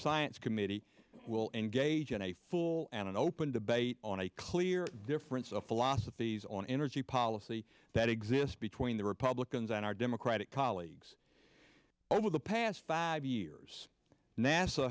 science committee will engage in a full and open debate on a clear difference of philosophies on energy policy that exists between the republicans on our democratic colleagues over the past five years nasa